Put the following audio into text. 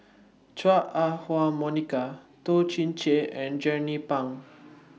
Chua Ah Huwa Monica Toh Chin Chye and Jernnine Pang